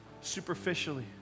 superficially